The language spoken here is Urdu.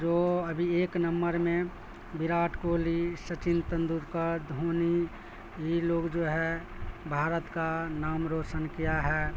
جو ابھی ایک نمبر میں وراٹ کوہلی سچن تندولکر دھونی یہ لوگ جو ہے بھارت کا نام روشن کیا ہے